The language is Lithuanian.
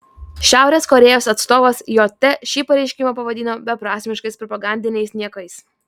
šiaurės korėjos atstovas jt šį pareiškimą pavadino beprasmiškais propagandiniais niekais